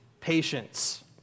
patience